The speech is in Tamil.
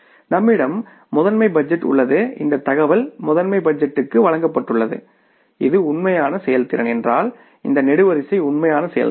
நம்மிடம் மாஸ்டர் பட்ஜெட் உள்ளது இந்த தகவல் மாஸ்டர் பட்ஜெட்டுக்கு வழங்கப்பட்டுள்ளது இது உண்மையான செயல்திறன் என்றால் இந்த நெடுவரிசை உண்மையான செயல்திறன்